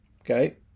okay